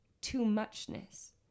too-muchness